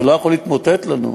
זה לא יכול להתמוטט לנו.